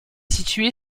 situé